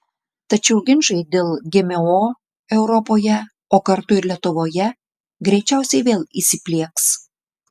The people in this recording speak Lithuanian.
tačiau ginčai dėl gmo europoje o kartu ir lietuvoje greičiausiai vėl įsiplieks